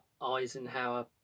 Eisenhower